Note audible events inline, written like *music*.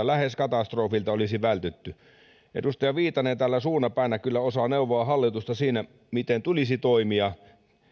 *unintelligible* lähes katastrofilta olisi vältytty edustaja viitanen täällä suuna päänä kyllä osaa neuvoa hallitusta siinä miten tulisi toimia